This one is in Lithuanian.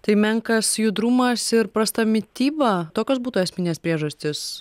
tai menkas judrumas ir prasta mityba tokios būtų esminės priežastys